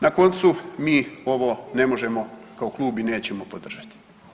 Na koncu, mi ovo ne možemo kao klub i nećemo podržati.